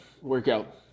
workout